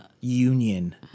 union